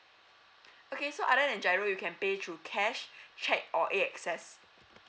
okay so other than GIRO you can pay through cash cheque or A_X_S